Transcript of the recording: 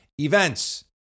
events